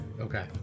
Okay